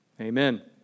Amen